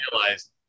realized